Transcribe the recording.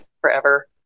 forever